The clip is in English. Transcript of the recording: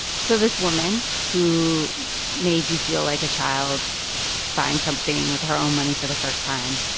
so this woman who made you feel like a child buying something with her own money for the first time,